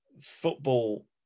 football